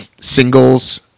singles